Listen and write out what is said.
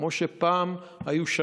כמו שפעם היו שרים,